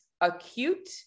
acute